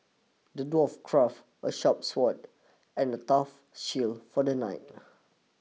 the dwarf crafted a sharp sword and a tough shield for the knight